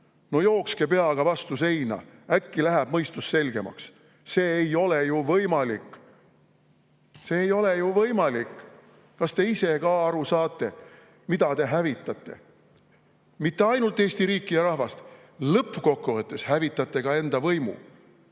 Jookske peaga vastu seina, äkki läheb mõistus selgemaks! See ei ole ju võimalik. See ei ole ju võimalik! Kas te ise ka aru saate, mida te hävitate? Mitte ainult Eesti riiki ja rahvast, lõppkokkuvõttes hävitate ka enda võimu.